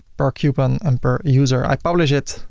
per coupon and per user, i publish it.